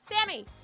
sammy